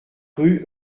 rue